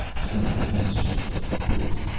some defense shields, of course